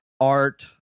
art